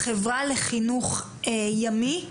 החברה לחינוך ימי.